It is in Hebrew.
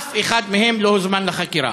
אף אחד מהם לא הוזמן לחקירה.